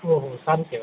ઓહો હો સારું કહેવાય